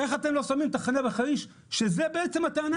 איך אתם לא שמים תחנה בחריש כשזה בעצם הטענה